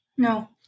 no